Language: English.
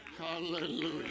Hallelujah